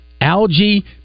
algae